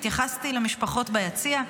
התייחסתי למשפחות ביציע,